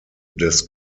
des